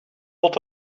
not